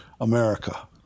America